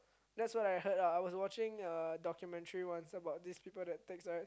that's what I heard lah I was watching a documentary once about these people that takes like